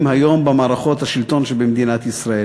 היום במערכות השלטון במדינת ישראל.